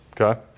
Okay